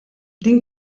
din